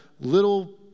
little